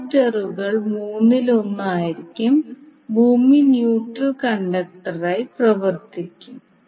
കണ്ടക്ടറുകൾ മൂന്നിൽ ഒന്ന് ആയിരിക്കും ഭൂമി ന്യൂട്രൽ കണ്ടക്ടറായി പ്രവർത്തിക്കും